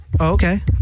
Okay